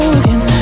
again